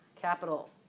capital